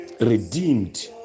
redeemed